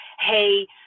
hey